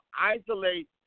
isolate